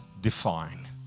define